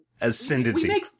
Ascendancy